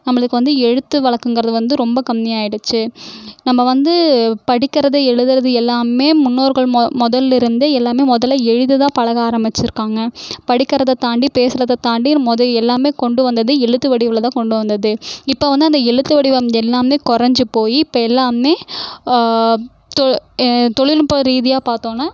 நம்மளுக்கு வந்து எழுத்து வழக்கங்கிறது வந்து ரொம்ப கம்மி ஆகிடுச்சு நம்ம வந்து படிக்கிறது எழுதுவது எல்லாமே முன்னோர்கள் முதலிருந்தே எல்லாமே மொதலில் எழுதுதான் பழக ஆரம்பிச்சுருக்காங்க படிக்கறதை தாண்டி பேசுறதை தாண்டி மொதல் எல்லாமே கொண்டு வந்தது எழுத்து வடிவில் தான் கொண்டு வந்தது இப்போ வந்து அந்த எழுத்து வடிவம் எல்லாமே குறைஞ்சி போய் இப்போ எல்லாமே தொழில்நுட்ப ரீதியாக பார்த்தோனா